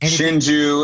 Shinju